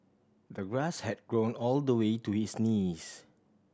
the grass had grown all the way to his knees